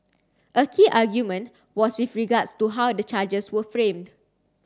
a key argument was with regards to how the charges were framed